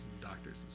doctors